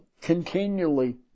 continually